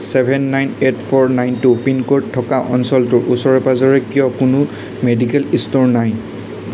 seven nine eight four nine two pin code থকা অঞ্চলটোৰ ওচৰে পাঁজৰে কিয় কোনো মেডিকেল ষ্ট'ৰ নাই